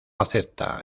acepta